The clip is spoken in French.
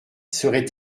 serait